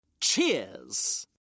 Cheers